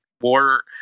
war